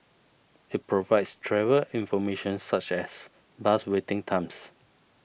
it provides travel information such as bus waiting times